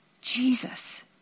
Jesus